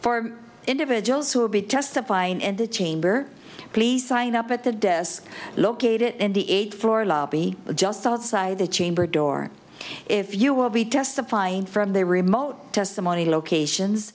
for individuals who will be testifying in the chamber please sign up at the desk located in the eight floor lobby just outside the chamber door if you will be testifying from their remote testimony locations